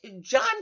John